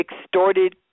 extorted